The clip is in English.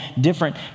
different